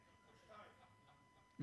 לשניים.